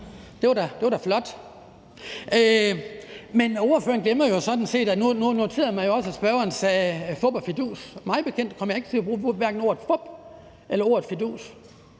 Det var da flot. Men nu noterede jeg mig jo også, at spørgeren sagde »fup og fidus«. Mig bekendt kom jeg ikke til at bruge hverken ordet fup eller ordet fidus.